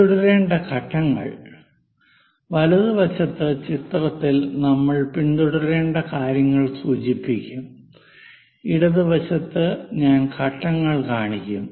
പിന്തുടരേണ്ട ഘട്ടങ്ങൾ വലതുവശത്ത് ചിത്രത്തിൽ നമ്മൾ പിന്തുടരേണ്ട കാര്യങ്ങൾ സൂചിപ്പിക്കും ഇടത് വശത്ത് ഞാൻ ഘട്ടങ്ങൾ കാണിക്കും